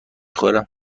خورم